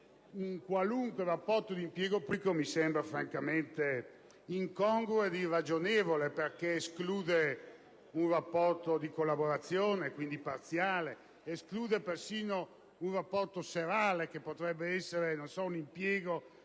qualunque rapporto di impiego pubblico mi sembra francamente incongruo e irragionevole, perché ciò esclude un rapporto di collaborazione, quindi parziale, esclude ad esempio un rapporto serale, che potrebbe essere un impiego presso